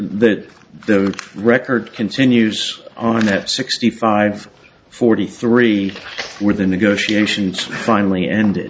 that the record continues on that sixty five forty three when the negotiations finally ended